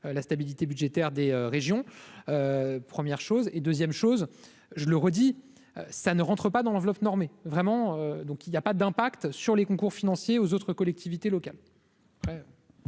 la stabilité budgétaire des régions, première chose et 2ème chose je le redis, ça ne rentre pas dans l'enveloppe normée vraiment donc il y a pas d'impact sur les concours financiers aux autres collectivités locales.